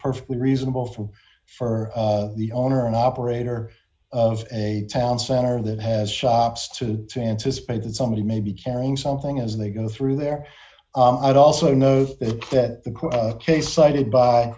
perfectly reasonable for for the owner and operator of a town center that has shops to to anticipate that somebody may be carrying something as they go through their out also knows that the case cited by